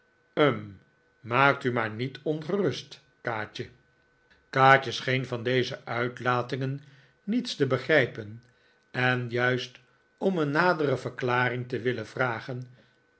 hm maak u maar niet ongerust kaatje kaatje scheen van deze uitlatingen niets te begrijpen en juist om een nadere verklaring te willen vragen